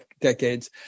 decades